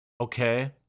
Okay